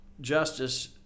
justice